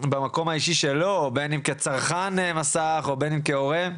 במקום האישי שלו בין אם זה כצרכן מסך או בין אם זה כהורה.